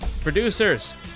producers